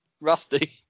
Rusty